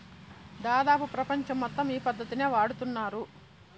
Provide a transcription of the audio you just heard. దాదాపు ప్రపంచం మొత్తం ఈ పద్ధతినే వాడుతున్నారు